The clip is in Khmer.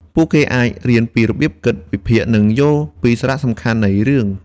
ពួកគេអាចរៀនពីរបៀបគិតវិភាគ និងយល់ពីសារៈសំខាន់នៃរឿង។